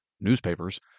newspapers